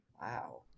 Wow